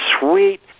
sweet